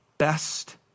Best